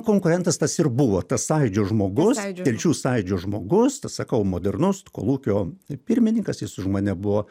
konkurentas tas ir buvo tas sąjūdžio žmogus telšių sąjūdžio žmogus tas sakau modernus kolūkio pirmininkas jis už mane buvo